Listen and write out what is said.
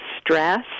stress